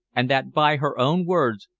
and that, by her own words,